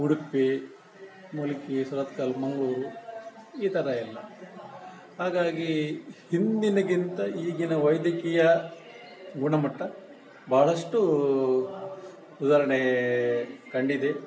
ಉಡುಪಿ ಮುಲ್ಕಿ ಸುರತ್ಕಲ್ ಮಂಗಳೂರು ಈ ಥರ ಎಲ್ಲ ಹಾಗಾಗಿ ಹಿಂದಿಗಿಂತ ಈಗಿನ ವೈದ್ಯಕೀಯ ಗುಣಮಟ್ಟ ಭಾಳಷ್ಟು ಸುಧಾರಣೆ ಕಂಡಿದೆ